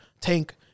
tank